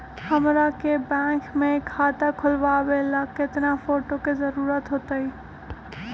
हमरा के बैंक में खाता खोलबाबे ला केतना फोटो के जरूरत होतई?